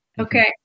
Okay